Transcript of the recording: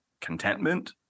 contentment